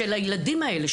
של הילדים האלה,